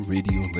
Radio